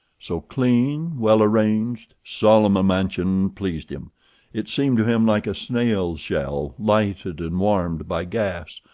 so clean, well-arranged, solemn a mansion pleased him it seemed to him like a snail's shell, lighted and warmed by gas,